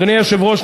אדוני היושב-ראש,